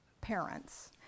parents